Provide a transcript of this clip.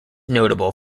notable